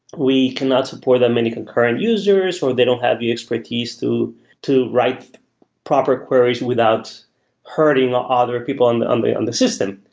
we cannot support that many concurrent users, or they don't have the expertise to to write proper queries without hurting ah ah other people on the and and the system.